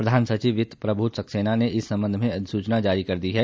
प्रधान सचिव वित्त प्रबोध सक्सेना ने इस संबंध में अधिसूचना जारी कर दी है